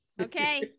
Okay